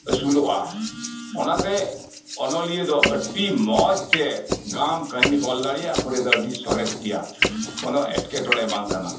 ᱟᱥᱩᱞᱚᱜᱼᱟ ᱚᱱᱟᱛᱮ ᱚᱱᱚᱞᱤᱭᱟᱹ ᱫᱚ ᱟᱰᱤᱢᱚᱸᱡᱽ ᱛᱮ ᱜᱟᱢ ᱠᱟᱦᱱᱤ ᱠᱚ ᱚᱞ ᱫᱟᱲᱮᱭᱟᱜᱼᱟ ᱩᱱᱠᱩ ᱴᱷᱮᱱ ᱫᱚ ᱟᱰᱤ ᱥᱚᱨᱮᱥ ᱜᱮᱭᱟ ᱠᱳᱱᱳ ᱮᱴᱠᱮ ᱴᱚᱲᱮ ᱵᱟᱝ ᱠᱟᱱᱟ